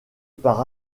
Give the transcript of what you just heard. par